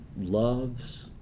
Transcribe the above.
loves